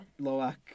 Loak